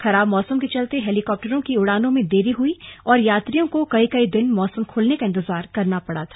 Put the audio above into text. खराब मौसम के चलते हेलिकॉप्टरों की उड़ानों में देरी हुई और यात्रियों को कई कई दिन मौसम खुलने का इंतजार करना पड़ा था